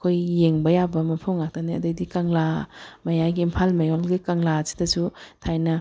ꯑꯩꯈꯣꯏ ꯌꯦꯡꯕ ꯌꯥꯕ ꯃꯐꯝ ꯉꯥꯛꯇꯅꯦ ꯑꯗꯩꯗꯤ ꯀꯪꯂꯥ ꯃꯌꯥꯏꯒꯤ ꯏꯝꯐꯥꯜ ꯃꯌꯣꯜꯒꯤ ꯀꯪꯂꯥꯁꯤꯗꯁꯨ ꯊꯥꯏꯅ